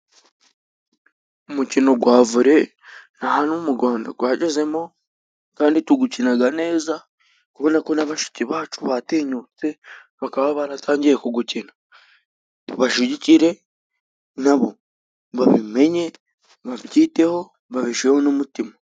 Umukino gwa vole na hano mu Rwanda gwagezemo kandi tugukinaga neza kubona ko na bashiki bacu batinyutse bakaba baratangiye kugukina. Tubashigikire nabo babimenye, babyiteho, babishireho n'umutima.